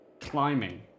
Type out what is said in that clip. climbing